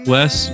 Wes